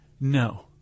No